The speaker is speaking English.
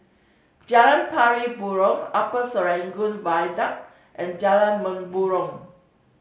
Jalan Pari Burong Upper Serangoon Viaduct and Jalan Mempurong